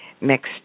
mixed